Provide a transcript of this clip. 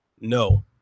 no